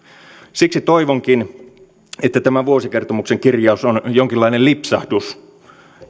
siksi toivonkin että tämä vuosikertomuksen kirjaus on jonkinlainen lipsahdus